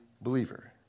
believer